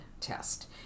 test